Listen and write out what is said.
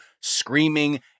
screaming